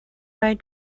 eyed